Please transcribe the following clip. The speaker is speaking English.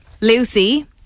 Lucy